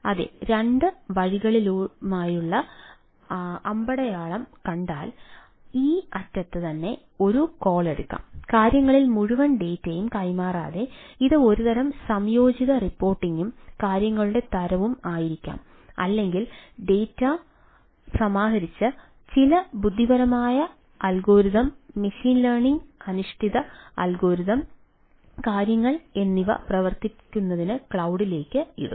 അതെ രണ്ട് വഴികളിലുമുള്ള അമ്പടയാളം കണ്ടാൽ ഈ അറ്റത്ത് തന്നെ ഒരു കോൾലേക്ക് ഇടുക